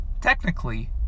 technically